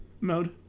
mode